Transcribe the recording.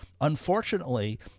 Unfortunately